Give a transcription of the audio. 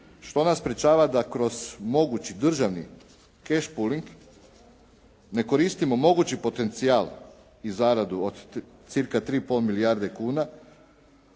Što nas sprječava da kroz mogući državni … /Govornik se ne razumije./ … ne koristimo mogući potencijal i zaradu od cca. 3,5 milijarde kuna,